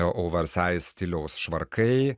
oversaiz stiliaus švarkai